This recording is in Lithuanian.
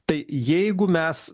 tai jeigu mes